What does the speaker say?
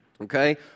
okay